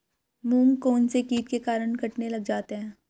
मूंग कौनसे कीट के कारण कटने लग जाते हैं?